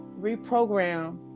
reprogram